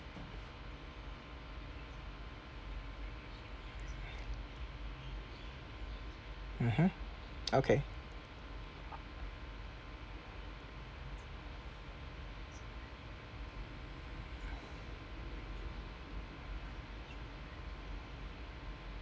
mmhmm okay